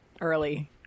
early